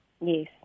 Yes